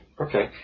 okay